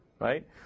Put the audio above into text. right